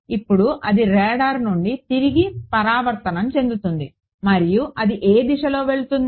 ఇప్పుడు అది రాడార్ నుండి తిరిగి పరావర్తనం చెందుతుంది మరియు అది ఏ దిశలోకి వెళుతుంది